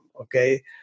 Okay